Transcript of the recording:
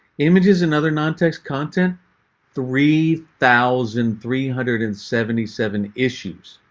images and other non text content three thousand three hundred and seventy seven issues